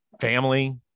family